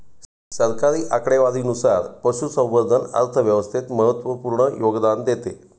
सरकारी आकडेवारीनुसार, पशुसंवर्धन अर्थव्यवस्थेत महत्त्वपूर्ण योगदान देते